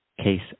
case